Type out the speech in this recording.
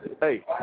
hey